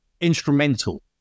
instrumental